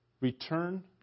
return